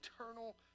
eternal